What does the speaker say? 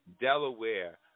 Delaware